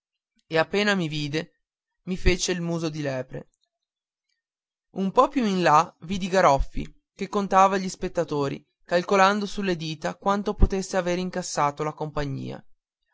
e appena mi vide mi fece il muso di lepre un po più in là vidi garoffi che contava gli spettatori calcolando sulle dita quanto potesse aver incassato la compagnia